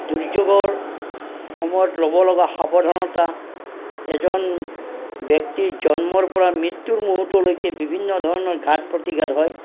দুৰ্যোগৰ সময়ত ল'ব লগা সাৱধানতা এজন ব্যক্তি জন্মৰ পৰা মৃত্যুৰ মুহূৰ্তলৈকে বিভিন্ন ধৰণৰ ঘাট প্ৰতিঘাট হয়